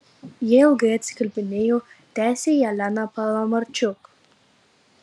jie ilgai atsikalbinėjo tęsė jelena palamarčuk